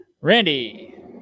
Randy